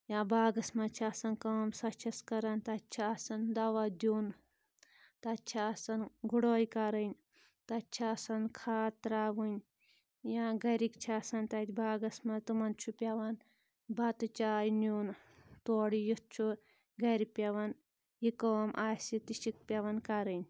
یا باغَس منٛز چھِ آسَان کٲم سۄ چھَس کَران تَتہِ چھِ آسَان دَوا دِیُن تَتہِ چھِ آسَان گُڑٲے کَرٕنۍ تَتہِ چھِ آسَان کھاد ترٛاوٕنۍ یا گَرِکۍ چھِ آسان تَتہِ باغَس منٛز تِمَن چھُ پؠوَان بَتہٕ چاے نِیُن تورٕ یِتھ چھُ گَرِ پیٚوان یہِ کٲم آسہِ تہِ چھِکھ پؠوَان کَرٕنۍ